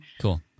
Cool